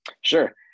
Sure